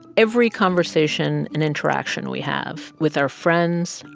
every conversation and interaction we have with our friends,